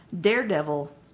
Daredevil